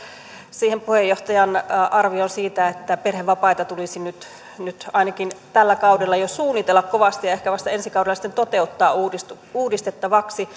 siihen puheenjohtajan arvioon että perhevapaita tulisi nyt nyt tällä kaudella jo ainakin suunnitella kovasti ja ehkä vasta ensi kaudella sitten toteuttaa uudistettavaksi